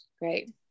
great